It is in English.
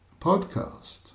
podcast